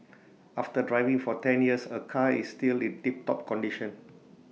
after driving for ten years her car is still in tiptop condition